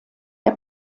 der